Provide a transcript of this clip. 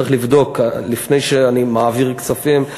צריך לבדוק לפני שאני מעביר כספים.